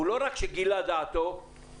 לכן הדבר הזה מתיישב עם החוק.